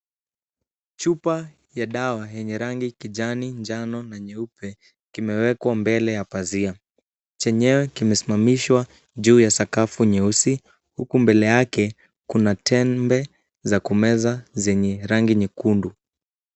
Chupa ya dawa yenye rangi kijani, njano na nyeupe, kimewekwa mbele ya pazia. Chenyewe kimesimamishwa juu ya sakafu nyeusi, huku mbele yake kuna tembe za kumeza zenye rangi nyekundu.